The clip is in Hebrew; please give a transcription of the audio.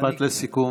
משפט לסיכום.